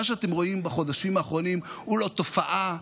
מה שאתם רואים בחודשים האחרונים הוא לא תופעה,